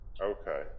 Okay